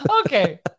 Okay